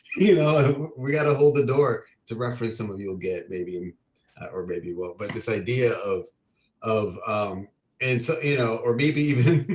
you know, we gotta hold the door to reference some of you will get maybe um or maybe well, but this idea of of um and so, you know or maybe even